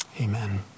Amen